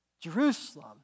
Jerusalem